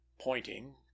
pointing